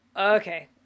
Okay